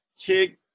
kick